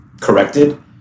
corrected